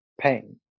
pain